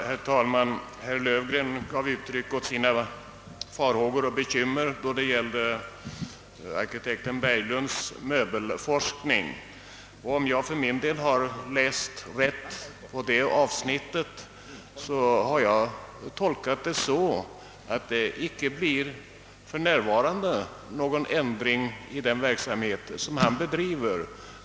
Herr talman! Herr Löfgren gav uttryck åt sina farhågor och bekymmer beträffande arkitekt Berglunds möbelforskning. När jag läst detta avsnitt i propositionen, har jag tolkat det så att det för närvarande icke blir någon ändring i den verksamhet som han bedriver.